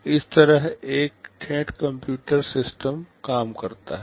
इस तरह एक ठेठ कंप्यूटर सिस्टम काम करता है